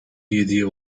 yediye